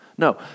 No